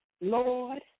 Lord